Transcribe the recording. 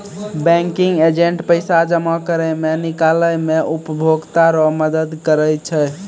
banking agent पैसा जमा करै मे, निकालै मे उपभोकता रो मदद करै छै